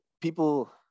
people